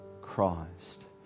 Christ